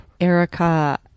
Erica